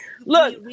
Look